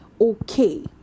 okay